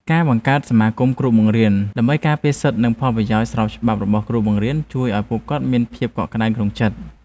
ការបង្កើតសមាគមគ្រូបង្រៀនដើម្បីការពារសិទ្ធិនិងផលប្រយោជន៍ស្របច្បាប់របស់គ្រូបង្រៀនជួយឱ្យពួកគាត់មានភាពកក់ក្តៅក្នុងចិត្ត។